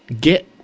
get